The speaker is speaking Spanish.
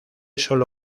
solo